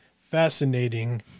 fascinating